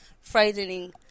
frightening